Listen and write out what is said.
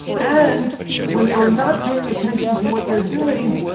and when they were not paying attention to what they're doing,